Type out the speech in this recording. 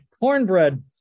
cornbread